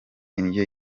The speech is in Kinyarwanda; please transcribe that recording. indyo